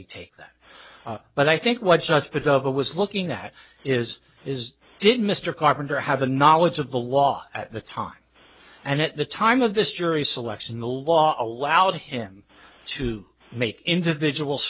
you take that but i think what such bit of it was looking at is is did mr carpenter have a knowledge of the law at the time and at the time of this jury selection the law allowed him to make individual